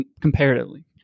comparatively